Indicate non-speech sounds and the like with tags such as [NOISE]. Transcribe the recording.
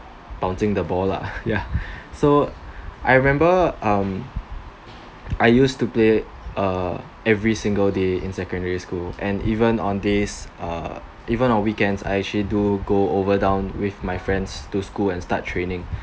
bouncing the ball lah [LAUGHS] ya so I remember um I used to play err every single day in secondary school and even on days uh even on weekends I actually do go over down with my friends to school and start training